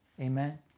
Amen